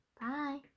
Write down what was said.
Bye